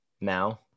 Now